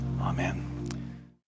amen